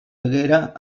haguera